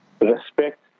respect